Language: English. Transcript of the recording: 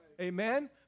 Amen